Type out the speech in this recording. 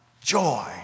Joy